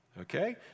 Okay